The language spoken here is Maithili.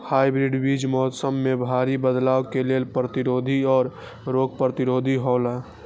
हाइब्रिड बीज मौसम में भारी बदलाव के लेल प्रतिरोधी और रोग प्रतिरोधी हौला